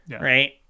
Right